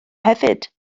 hefyd